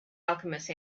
alchemist